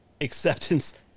acceptance